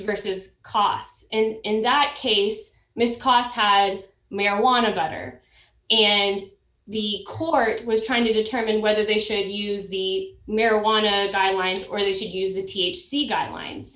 versus costs and in that case miss causton marijuana batter and the court was trying to determine whether they should use the marijuana guidelines for who should use the t h c guidelines